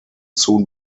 soon